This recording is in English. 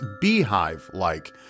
beehive-like